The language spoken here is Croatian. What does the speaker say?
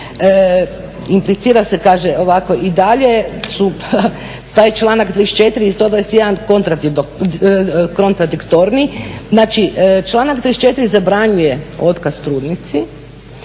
Implicira se kaže ovako i dalje je taj članak 34.i 121.kontradiktorni. Znači članak 34.zabranjuje otkaz trudnici,